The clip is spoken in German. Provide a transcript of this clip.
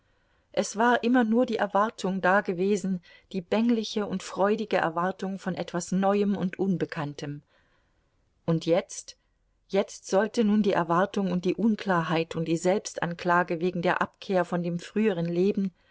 es war immer nur die erwartung dagewesen die bängliche und freudige erwartung von etwas neuem und unbekanntem und jetzt jetzt sollte nun die erwartung und die unklarheit und die selbstanklage wegen der abkehr von dem früheren leben